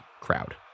crowd